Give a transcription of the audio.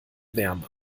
wärme